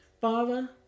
Father